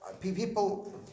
People